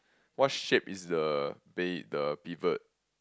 what shape is the bay the pivot